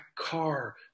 car